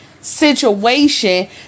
situation